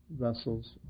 vessels